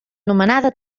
nomenada